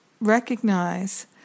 recognize